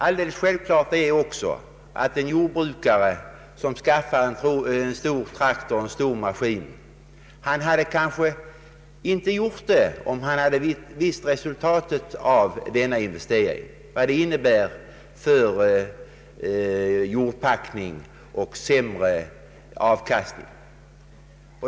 Alldeles självklart är också att en jordbrukare som skaffar en stor maskin kanske inte skulle ha gjort det, om han känt till vad det skulle komma att innebära i fråga om jordpackning och sämre avkastning.